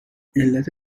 علت